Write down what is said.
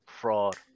fraud